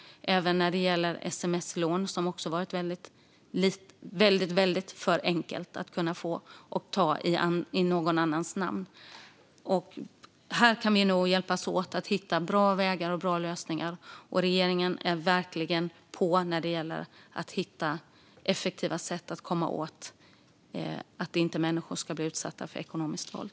Det gäller även sms-lån, som det också varit alldeles för enkelt att få och ta i någon annans namn. Vi kan nog hjälpas åt att hitta bra vägar och bra lösningar här. Regeringen är verkligen på när det gäller att hitta effektiva sätt att se till att människor inte ska bli utsatta för ekonomiskt våld.